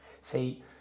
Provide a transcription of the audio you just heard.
See